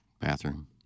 Bathroom